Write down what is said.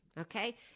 Okay